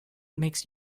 makes